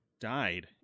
died